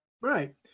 Right